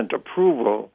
approval